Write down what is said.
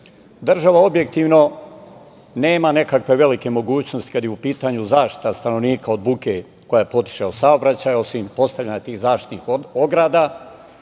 Država objektivno nema neke veliko mogućnosti kada je u pitanju zaštita stanovnika od buke koja potiče od saobraćaja, osim postavljanja tih zaštitnih ograda.